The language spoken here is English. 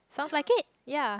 sounds like it ya